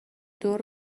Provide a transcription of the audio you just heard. دور